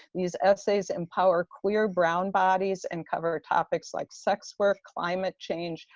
these essays empower queer brown bodies, and cover topics like sex work, climate change,